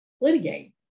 litigate